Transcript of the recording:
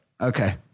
Okay